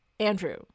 Andrew